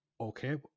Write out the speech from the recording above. Okay